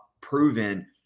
proven